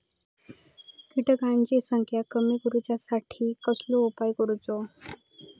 किटकांची संख्या कमी करुच्यासाठी कसलो उपाय करूचो?